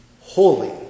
holy